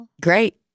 Great